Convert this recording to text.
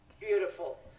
Beautiful